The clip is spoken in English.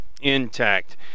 intact